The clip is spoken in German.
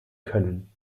können